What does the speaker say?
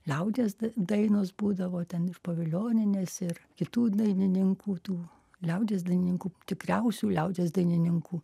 liaudies dainos būdavo ten ir povilionienės ir kitų dainininkų tų liaudies dainininkų tikriausių liaudies dainininkų